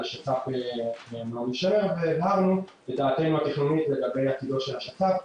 על השצ"פ נעמי שמר והבהרנו את דעתנו התכנונית לגבי עתידו של השצ"פ,